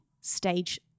stage